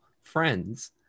friends